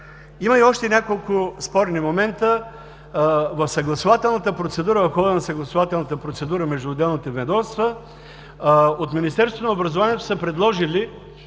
Има и още няколко спорни момента. В съгласувателната процедура, в хода на съгласувателната процедура между отделните ведомства от Министерството на образованието са предложили